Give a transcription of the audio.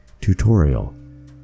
Tutorial